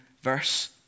verse